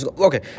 Okay